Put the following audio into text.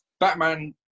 Batman